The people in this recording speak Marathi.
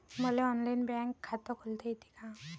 मले ऑनलाईन बँक खात खोलता येते का?